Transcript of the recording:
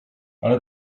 ale